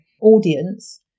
audience